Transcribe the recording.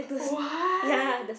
what